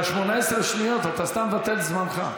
יש לך 18 שניות, אתה סתם מבטל את זמנך.